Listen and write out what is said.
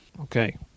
Okay